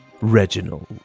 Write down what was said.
Reginald